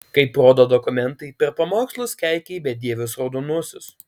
kaip rodo dokumentai per pamokslus keikei bedievius raudonuosius